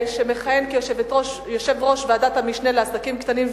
שמכהן כיושב-ראש ועדת המשנה לעסקים קטנים,